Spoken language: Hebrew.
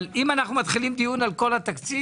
אבל אם אנו מתחילים דיון על כל התקציב,